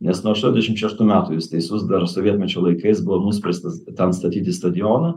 nes nuo aštuoniasdešimt šeštų metų jūs teisus dar sovietmečio laikais buvo nuspręstas ten statyti stadioną